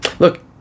Look